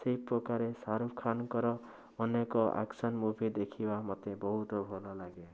ସେହିପ୍ରକାରେ ସାରୁଖାନ୍ଙ୍କର ଅନେକ action movie ଦେଖିବା ମୋତେ ବହୁତ ଭଲ ଲାଗେ